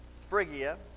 Phrygia